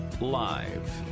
live